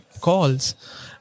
calls